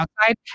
Outside